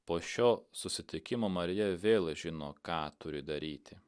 po šio susitikimo marija vėl žino ką turi daryti